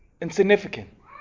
insignificant